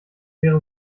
wäre